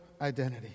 identity